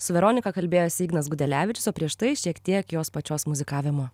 su veronika kalbėjosi ignas gudelevičius o prieš tai šiek tiek jos pačios muzikavimo